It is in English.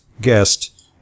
guest